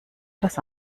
das